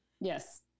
Yes